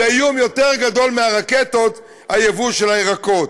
זה איום יותר גדול מהרקטות, היבוא של הירקות.